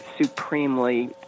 supremely